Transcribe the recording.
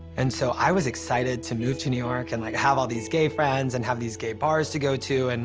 and so, i was excited to move to new york, and, like, have all these gay friends, and have these gay bars to go to, and,